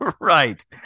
Right